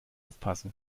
aufpasse